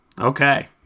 Okay